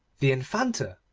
the infanta!